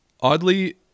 Oddly